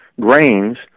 grains